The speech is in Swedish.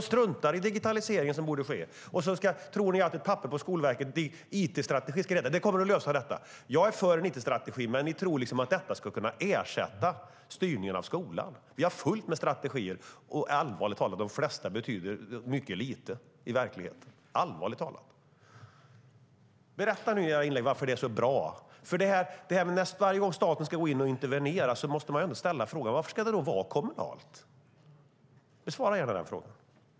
De struntar i digitaliseringen som borde ske, och ni tror att ett papper på Skolverket om it-strategi kommer att lösa det. Jag är för en it-strategi, men ni tror att det kan ersätta styrningen av skolan. Vi har fullt med strategier, och allvarligt talat betyder de flesta mycket lite i verkligheten. Berätta nu i era inlägg varför det är bra! Varje gång staten ska gå in och intervenera måste man ändå fråga varför styrningen då ska vara kommunal. Besvara gärna den frågan.